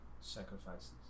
sacrifices